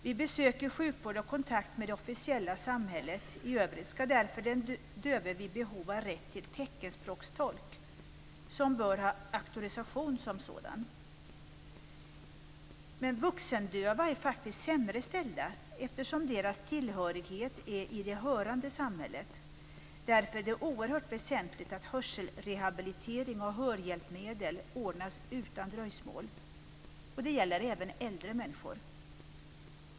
Vid besök i sjukvård och kontakt med det officiella samhället i övrigt ska därför den döve vid behov ha rätt till teckenspråkstolk, som bör ha auktorisation som sådan. Vuxendöva är faktiskt sämre ställda, eftersom deras tillhörighet är i det hörande samhället. Därför är det oerhört väsentligt att hörselrehabilitering och hörhjälpmedel ordnas utan dröjsmål. Det gäller även för äldre människor.